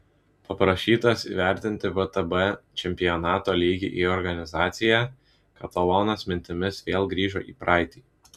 paprašytas įvertinti vtb čempionato lygį ir organizaciją katalonas mintimis vėl grįžo į praeitį